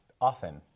often